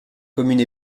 commune